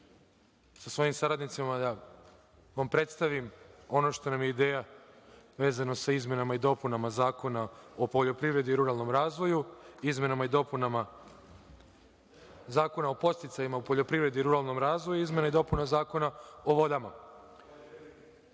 sa svojim saradnicima da vam predstavim ono što nam je ideja vezano za izmene i dopune Zakona o poljoprivredi i ruralnom razvoju, izmenama i dopunama Zakona o podsticajima u poljoprivredi i ruralnom razvoju i izmenama i dopunama Zakona o vodama. Na